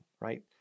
right